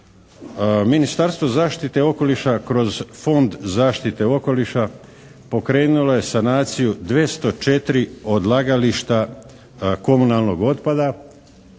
Ministarstvo zaštite okoliša kroz Fond zaštite okoliša pokrenulo je sanaciju 204 odlagališta komunalnog otpada